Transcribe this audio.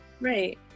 right